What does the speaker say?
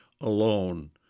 alone